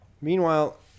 Meanwhile